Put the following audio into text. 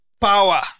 power